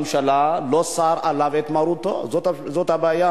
ראש הממשלה, הוא לא סר למרותו, וזאת הבעיה.